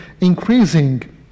increasing